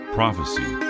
prophecy